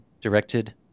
directed